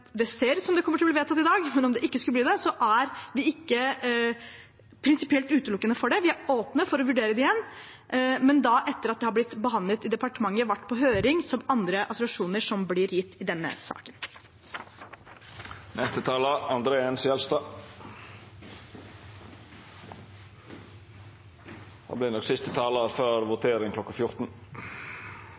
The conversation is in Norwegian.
ikke skulle bli det, utelukker vi det ikke prinsipielt. Vi er åpne for å vurdere det igjen, men da etter at det har blitt behandlet i departementet og vært på høring, som ved andre autorisasjoner som blir gitt i denne